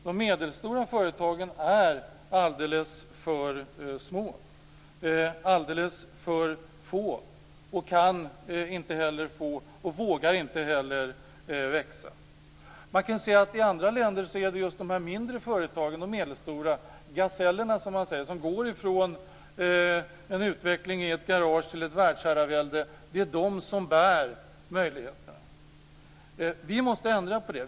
De medelstora företagen är alldeles för små, alldeles för få. De kan inte, och vågar inte heller, växa. Man kan se att i andra länder är det just de här mindre och medelstora företagen - "gasellerna" som man säger - som går från en utveckling i ett garage till ett världsherravälde som bär på möjligheterna. Vi måste ändra oss.